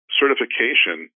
certification